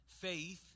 faith